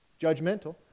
judgmental